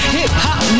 Hip-hop